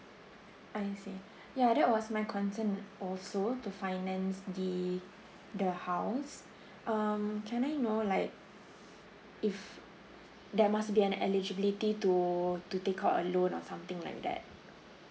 I see ya that was my concern also to finance the the house um can I know like if there must be an eligibility to to take out a loan or something like that